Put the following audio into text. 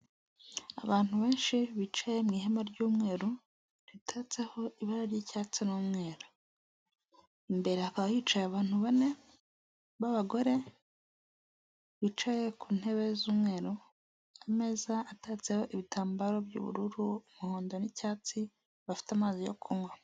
Abantu benshi bicaye mu ihema ry'umweru ritatseho ibara ry'icyatsi n'umweru, imbere hakaba hicaye abantu bane b'abagore bicaye ku ntebe z'umweru, ameza atatseho ibitambaro by'ubururu umuhondo n'icyatsi bafite amazi yo kunywa.